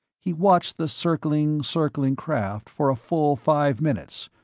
he watched the circling, circling craft for a full five minutes,